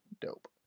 dope